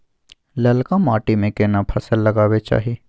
ललका माटी में केना फसल लगाबै चाही?